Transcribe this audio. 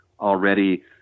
already